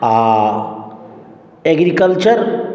आ एग्रीकल्चर औ